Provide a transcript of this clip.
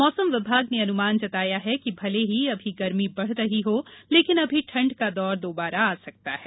मौसम विभाग ने अनुमान जताया है कि भले ही अभी गर्मी बढ़ रही हो लेकिन अभी ठंड का दौर दोबारा आ सकता है